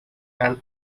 and